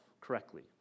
correctly